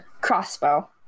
crossbow